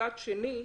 מצד שני,